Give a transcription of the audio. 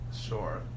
Sure